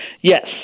Yes